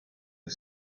the